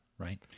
Right